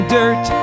dirt